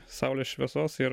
saulės šviesos ir